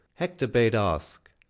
hector bade ask.